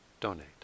donate